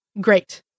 great